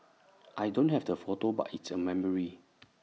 I don't have the photo but it's A memory